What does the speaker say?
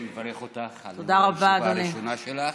אני מברך אותך על ניהול הישיבה הראשונה שלך.